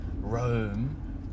Rome